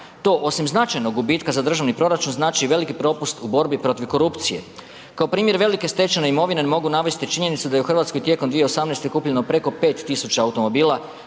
To osim značajnog gubitka za državni proračun znači velik propust u borbi protiv korupcije. Kao primjer velike stečene imovine mogu navesti činjenicu da je u Hrvatskoj tijekom 2018. kupljeno preko 5000 automobila